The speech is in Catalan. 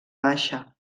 baixa